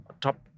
top